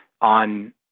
on